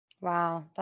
Wow